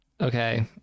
okay